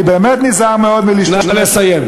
אני באמת נזהר מאוד מלהשתמש, נא לסיים.